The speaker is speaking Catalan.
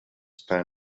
està